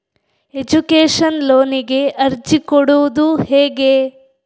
Education ಲೋನಿಗೆ ಅರ್ಜಿ ಕೊಡೂದು ಹೇಗೆ?